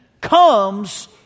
comes